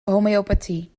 homeopathie